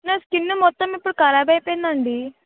నా స్కిన్ మొత్తం అంతా కరాబ్ అయిపోయింది అండి